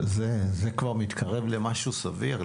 זה כבר מתקרב למשהו סביר.